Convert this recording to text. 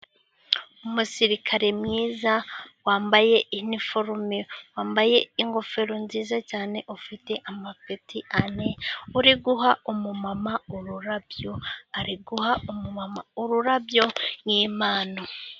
Umusirikare mwiza wambaye iniforume wambaye ingofero nziza cyane ufite amapeti ane, uri guha umumama ururabyo ari guha ururabyo nk'impano.